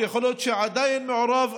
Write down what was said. יכול להיות שעדיין מעורב,